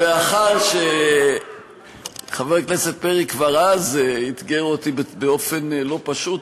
מאחר שחבר הכנסת פרי כבר אז אתגר אותי באופן לא פשוט,